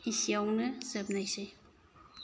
इसेयावनो जोबनायसै